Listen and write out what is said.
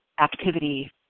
activity